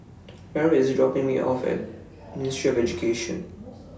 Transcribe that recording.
Mearl IS dropping Me off At Ministry of Education